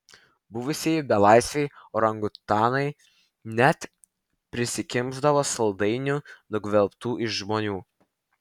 buvusieji belaisviai orangutanai net prisikimšdavo saldainių nugvelbtų iš žmonių